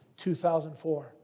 2004